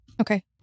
Okay